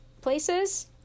places